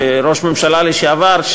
ראש ממשלה לשעבר,